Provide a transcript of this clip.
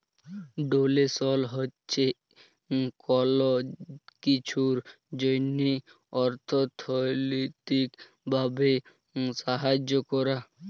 ডোলেসল হছে কল কিছুর জ্যনহে অথ্থলৈতিক ভাবে সাহায্য ক্যরা